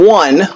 one